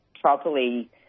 properly